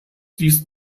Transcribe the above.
dies